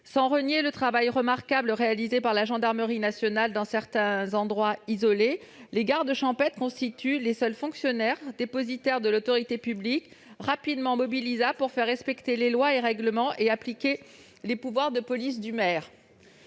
Sans nier le travail remarquable réalisé par la gendarmerie nationale dans certains endroits isolés, notons que les gardes champêtres constituent les seuls fonctionnaires dépositaires de l'autorité publique rapidement mobilisables pour faire respecter les lois et règlements et appliquer les pouvoirs de police du maire.